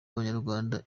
abanyarwanda